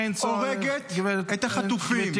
הורגים את החטופים.